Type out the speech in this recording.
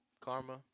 Karma